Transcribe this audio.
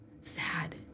sad